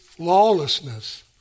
Lawlessness